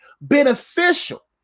Beneficial